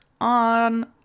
on